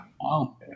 Wow